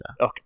Okay